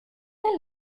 elle